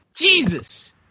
Jesus